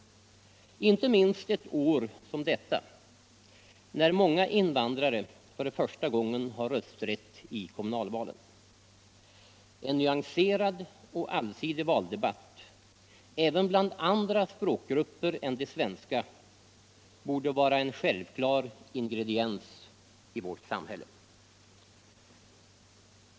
Inte minst ett år som detta när många invandrare för första gången har rösträtt i kommunalvalen. En nyanserad och allsidig valdebatt även bland andra språkgrupper än de svenska borde vara en självklar ingrediens i vårt samhälle.